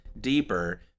deeper